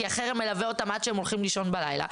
כי החרם מלווה אותם עד שהם הולכים לישון בלילה,